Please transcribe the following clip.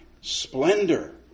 splendor